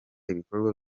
ibikorwa